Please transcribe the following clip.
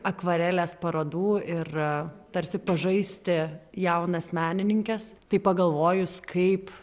akvarelės parodų ir tarsi pažaisti jaunas menininkes tai pagalvojus kaip